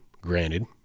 granted